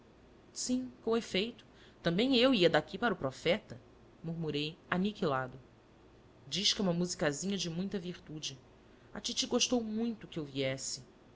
sim com efeito também eu ia daqui para o profeta murmurei aniquilado diz que é uma musicazinha de muita virtude a titi gostou muito que eu viesse